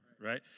right